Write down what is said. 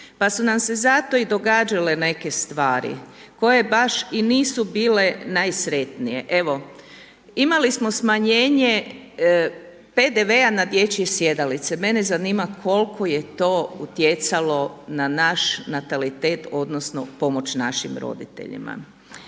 pa su nam se zato i događale neke stvari koje baš i nisu bile najsretnije. Evo imali smo smanjenje PDV-a na dječje sjedalice, mene zanima koliko je to utjecalo na naš natalitet odnosno pomoć našim roditeljima?